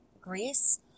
Greece